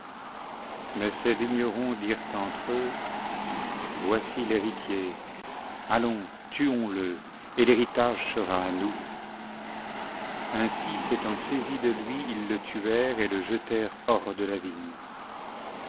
mais ces vignerons dirent entre eux voici l'héritier allons tuons le et l'héritage sera à nous ainsi s'étant saisis de lui ils le tuèrent et le jetèrent hors de la vigne